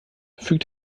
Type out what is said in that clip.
fügt